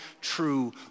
true